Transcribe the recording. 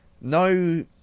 no